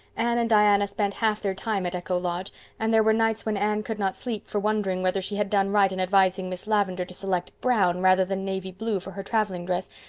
anne and diana spent half their time at echo lodge and there were nights when anne could not sleep for wondering whether she had done right in advising miss lavendar to select brown rather than navy blue for her traveling dress,